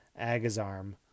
Agazarm